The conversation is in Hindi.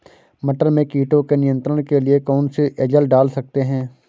मटर में कीटों के नियंत्रण के लिए कौन सी एजल डाल सकते हैं?